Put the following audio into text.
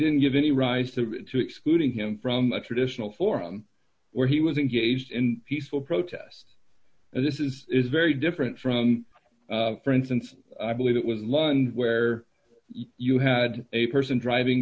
didn't give any rise to excluding him from a traditional forum where he was engaged in peaceful protests and this is is very different from for instance i believe it was london where you had a person driving